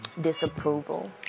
disapproval